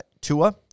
Tua